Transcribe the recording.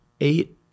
eight